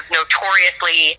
notoriously